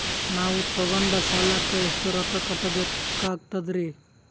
ನಾವು ತೊಗೊಂಡ ಸಾಲಕ್ಕ ಎಷ್ಟು ರೊಕ್ಕ ಕಟ್ಟಬೇಕಾಗ್ತದ್ರೀ?